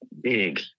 big